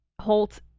holt